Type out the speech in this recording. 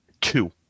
Two